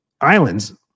islands